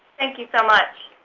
thank you so much.